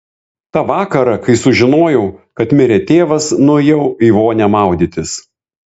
tą vakarą kai sužinojau kad mirė tėvas nuėjau į vonią maudytis